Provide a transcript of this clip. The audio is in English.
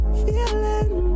feeling